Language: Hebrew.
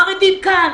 חרדים כאן,